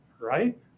right